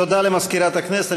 תודה למזכירת הכנסת.